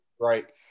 Right